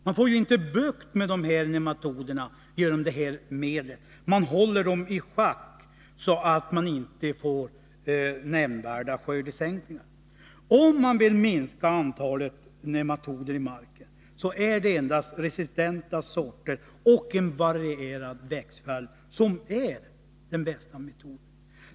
Man får inte bukt med nematoderna genom detta medel. Man håller dem i schack, så att man inte får någon nämnvärd skördeminskning. Om man vill minska antalet nematoder i marken är det resistenta sorter och en varierad växtföljd som är den bästa metoden.